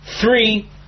three